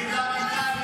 היא קיבלה מנכ"לית,